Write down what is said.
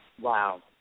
Wow